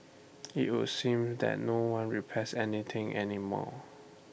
IT would seem that no one repairs anything any more